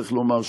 צריך לומר,